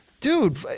dude